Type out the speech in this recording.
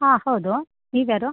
ಹಾಂ ಹೌದು ನೀವ್ಯಾರು